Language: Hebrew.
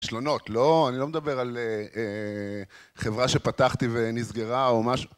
כשלונות, לא אני לא מדבר על חברה שפתחתי ונסגרה או משהו